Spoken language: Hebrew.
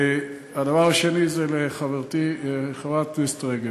הדבר השני זה לחברתי חברת הכנסת רגב.